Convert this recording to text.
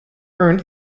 earned